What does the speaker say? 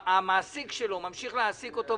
המגזר הציבורי תפקד,